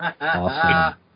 Awesome